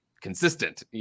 consistent